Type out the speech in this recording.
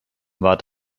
war